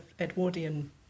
Edwardian